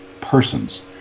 persons